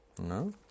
No